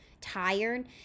tired